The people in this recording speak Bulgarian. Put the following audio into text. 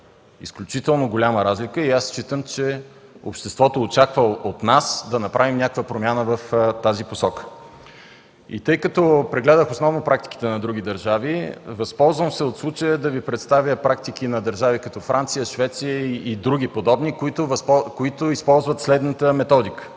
изключително голяма разлика и аз считам, че обществото очаква от нас да направим някаква промяна в тази посока. Тъй като прегледах основно практиките на други държави, възползвам се от случая да Ви представя практики на държави като Франция, Швеция и други подобни, които използват следната методика.